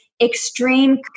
extreme